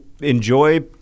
enjoy